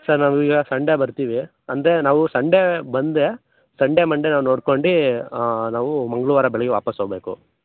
sir ನಾವೀಗ Sunday ಬರ್ತೀವಿ ಅಂದರೆ ನಾವು ಸಂಡೇ ಬಂದೆ ಸಂಡೇ ಮಂಡೇ ನಾವು ನೋಡ್ಕೊಂಡು ನಾವು ಮಂಗಳವಾರ ಬೆಳಗ್ಗೆ ವಾಪಸ್ಸು ಹೋಗಬೇಕು